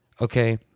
okay